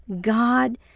God